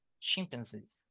chimpanzees